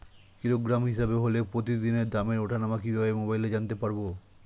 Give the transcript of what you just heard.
Kilogram হিসাবে হলে প্রতিদিনের দামের ওঠানামা কিভাবে মোবাইলে জানতে পারবো?